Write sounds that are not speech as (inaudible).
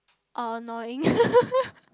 annoying (laughs)